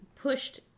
pushed